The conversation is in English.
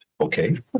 okay